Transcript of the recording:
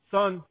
Son